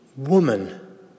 woman